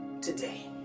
today